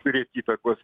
turėt įtakos